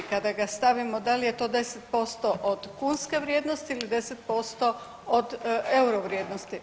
Kada ga stavimo da li je to 10% od kunske vrijednosti ili 10% od euro vrijednosti.